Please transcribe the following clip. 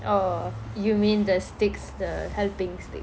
oh you mean the sticks the helping